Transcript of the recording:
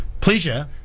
Pleasure